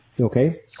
okay